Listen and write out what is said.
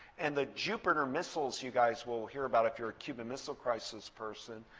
and the jupiter missiles you guys will will hear about if you're a cuban missile crisis person,